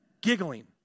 giggling